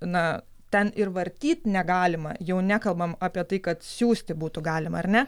na ten ir vartyt negalima jau nekalbam apie tai kad siųsti būtų galima ar ne